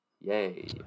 Yay